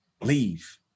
leave